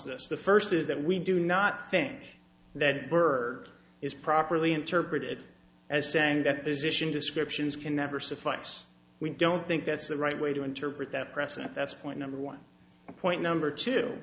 this the first is that we do not think that burke is properly interpreted as saying that this issue descriptions can never suffice we don't think that's the right way to interpret that precedent that's point number one point number t